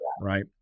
right